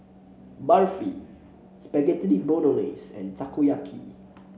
Barfi Spaghetti Bolognese and Takoyaki